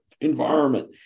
environment